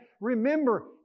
Remember